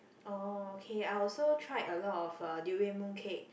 oh okay I also tried a lot of uh durian mooncake